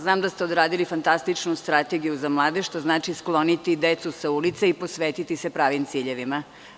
Znam da ste odradili fantastičnu strategiju za mlade što znači skloniti decu sa ulice i posvetiti se pravim ciljevima.